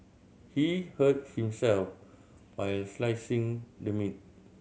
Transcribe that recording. he hurt himself while slicing the meat